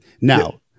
Now-